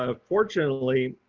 ah fortunately,